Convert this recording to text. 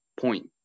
point